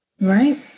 Right